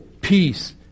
peace